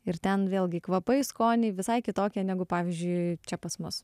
ir ten vėlgi kvapai skoniai visai kitokie negu pavyzdžiui čia pas mus